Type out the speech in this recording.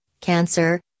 Cancer